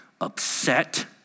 upset